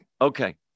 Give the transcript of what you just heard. okay